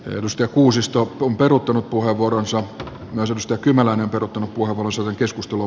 reilusta kuusisto on peruuttanut puheenvuoronsa noususta kymäläinen perttu purhoselle keskustelu